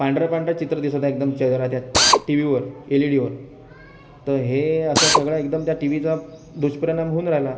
पांढरं पांढरं चित्र दिसत आहे एकदम चेहरा त्या टी व्हीवर एल ई डीवर तर हे असं सगळं एकदम त्या टी व्हीचा दुष्परिणाम होऊन राहिला